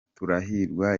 turahirwa